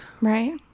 Right